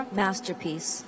masterpiece